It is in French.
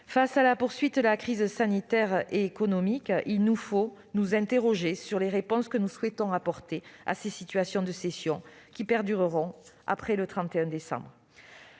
Face à la poursuite de la crise sanitaire et économique, il nous faut nous interroger sur les réponses que nous souhaitons apporter à ces situations de cession, qui perdureront après le 31 décembre